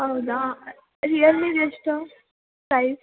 ಹೌದಾ ರಿಯಲ್ಮೀಗೆ ಎಷ್ಟು ಪ್ರೈಸ್